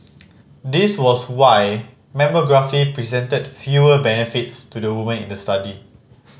this was why mammography presented fewer benefits to the women in the study